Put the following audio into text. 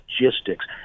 logistics